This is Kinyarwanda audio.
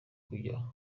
kujya